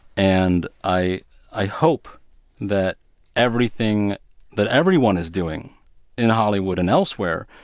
and i i hope that everything that everyone is doing in hollywood and elsewhere